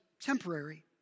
temporary